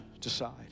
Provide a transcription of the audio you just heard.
decide